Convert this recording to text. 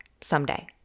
someday